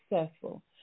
successful